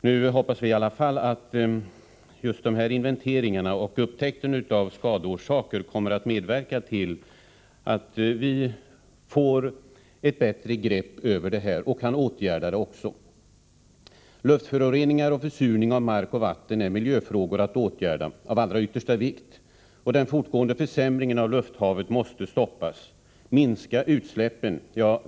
Vi hoppas i alla fall att de här inventeringarna och upptäckten av skadeorsaker kommer att medverka till att vi får ett bättre grepp över frågan och att vi kan vidta åtgärder. Luftföroreningar och försurning av mark och vatten är miljöfrågor av allra yttersta vikt att åtgärda. Den fortgående försämringen av lufthavet måste stoppas. Minska utsläppen!